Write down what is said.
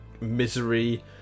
misery